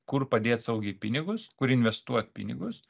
kur padėt saugiai pinigus kur investuot pinigus